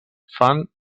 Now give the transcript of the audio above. fan